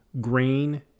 Grain